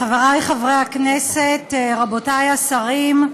חברי חברי הכנסת, רבותי השרים,